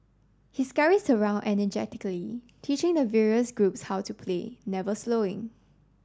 he scurries around energetically teaching the various groups how to play never slowing